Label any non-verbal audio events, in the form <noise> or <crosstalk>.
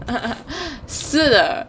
<laughs> 是的